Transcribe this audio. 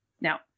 Now